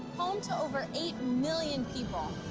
home to over eight million people,